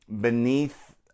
beneath